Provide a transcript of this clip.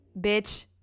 bitch